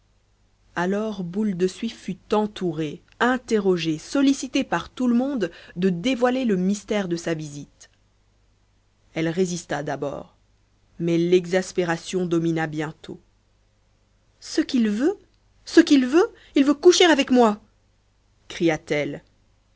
alors boule de suif fut entourée interrogée sollicitée par tout le monde de dévoiler le mystère de sa visite elle résista d'abord mais l'exaspération domina bientôt ce qu'il veut ce qu'il veut il veut coucher avec moi cria-t-elle